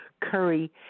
curry